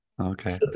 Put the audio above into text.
okay